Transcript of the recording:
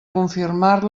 confirmar